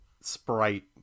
Sprite